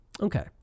Okay